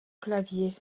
clavier